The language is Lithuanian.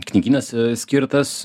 knygynas skirtas